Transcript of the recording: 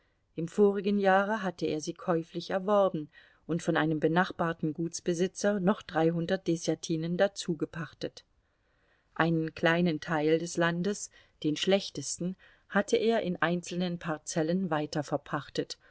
im vorigen jahre hatte er sie käuflich erworben und von einem benachbarten gutsbesitzer noch dreihundert deßjatinen dazugepachtet einen kleinen teil des landes den schlechtesten hatte er in einzelnen parzellen